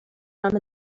rum